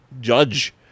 judge